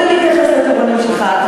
כן, כתוב לי להתייחס לטירונים שלך.